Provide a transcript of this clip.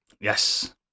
yes